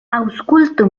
aŭskultu